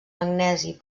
magnesi